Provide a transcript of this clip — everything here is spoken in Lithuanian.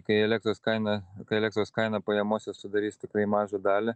kai elektros kaina kai elektros kaina pajamose sudarys tikrai mažą dalį